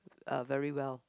uh very well